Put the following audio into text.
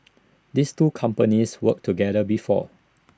these two companies worked together before